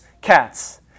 cats